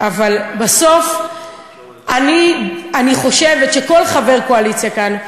אבל בסוף אני חושבת שכל חבר קואליציה כאן,